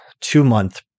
two-month